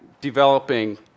developing